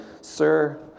Sir